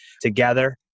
together